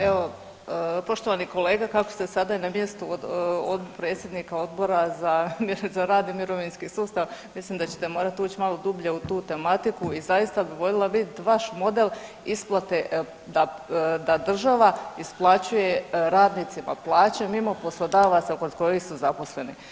Evo, poštovani kolega kako ste sada i na mjestu predsjednika Odbora za rad i mirovinski sustav mislim da ćete morat uć malo dublje u tu tematiku i zaista bi voljela vidjeti vaš model isplate da država isplaćuje radnicima plaće mimo poslodavaca kod kojih su zaposleni.